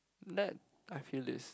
let I feel this